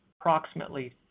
approximately